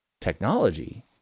technology